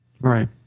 Right